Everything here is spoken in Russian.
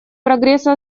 прогресса